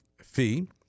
fee